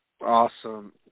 Awesome